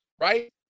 right